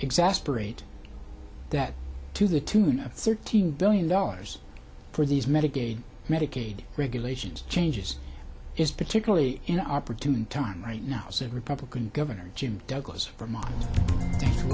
exasperate that to the tune of thirteen billion dollars for these medicaid medicaid regulations changes is particularly an opportune time right now said republican governor jim douglas of vermont